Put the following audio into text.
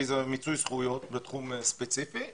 כי זה מיצוי זכויות בתחום ספציפי,